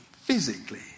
physically